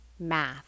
Math